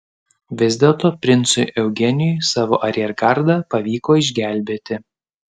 vis dėlto princui eugenijui savo ariergardą pavyko išgelbėti